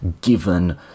given